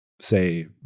say